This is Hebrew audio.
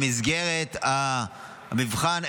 במסגרת המבחן,